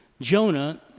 Jonah